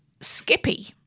Skippy